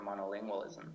monolingualism